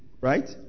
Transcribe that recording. right